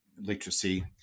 literacy